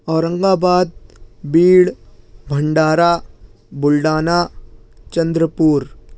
اورنگ آباد بیڑ بھنڈارہ بلڈانہ چندرپور